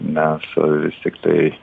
mes vis tiktai